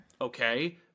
okay